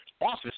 office